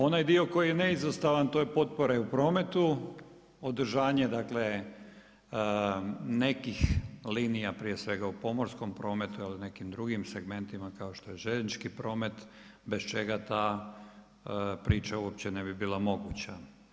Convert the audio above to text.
Onaj dio koji je neizostavan to je potpora i u prometu, održanje dakle nekih linija prije svega u pomorskom prometu ili nekim drugim segmentima kao što je željeznički promet bez čega ta priča uopće ne bi bila moguća.